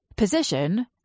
Position